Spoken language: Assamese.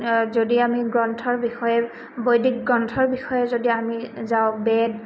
যদি আমি গ্ৰন্থৰ বিষয়ে বৈদিক গ্ৰন্থৰ বিষয়ে যদি আমি যাওঁ বেদ